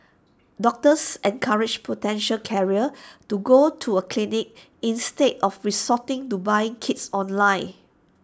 doctors encouraged potential carriers to go to A clinic instead of resorting to buying kits online